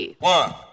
One